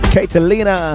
Catalina